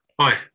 hi